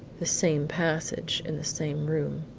the same passage in the same room.